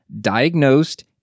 diagnosed